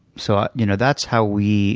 so ah you know that's how we